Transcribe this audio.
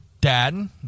Dad